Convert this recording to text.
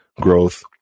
growth